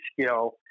skill